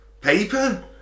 paper